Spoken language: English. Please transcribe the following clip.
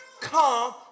come